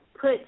put